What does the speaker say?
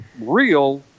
real